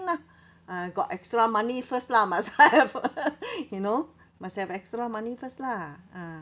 lah ah got extra money first lah must have you know must have extra money first lah ah